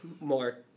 more